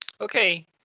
Okay